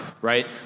Right